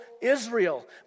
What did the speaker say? Israel